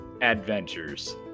adventures